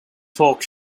talk